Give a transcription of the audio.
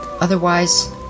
Otherwise